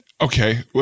Okay